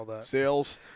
sales